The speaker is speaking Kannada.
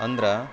ಅಂದ್ರೆ